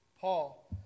Paul